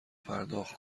پرداخت